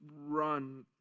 run